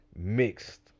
mixed